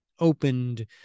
opened